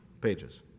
pages